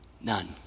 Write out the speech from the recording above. None